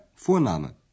Vorname